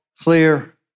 clear